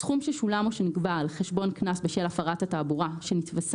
סכום ששולם או שנגבה על חשבון קנס בשל הפרת התעבורה שנתווספה